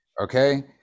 okay